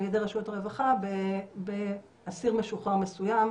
ידי רשויות הרווחה באסיר משוחרר מסוים,